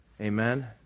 Amen